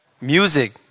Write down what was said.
music